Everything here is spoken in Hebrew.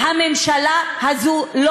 הממשלה הזאת,